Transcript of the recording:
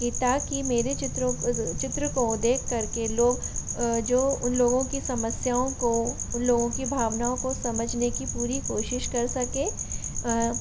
कि ताकि मेरे चित्रों चित्र को देख कर के लोग जो उन लोगों की समस्याओं को उन लोगों की भावनाओं को समझने की पूरी कोशिश कर सकें